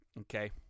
okay